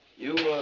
you